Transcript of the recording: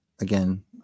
Again